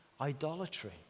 idolatry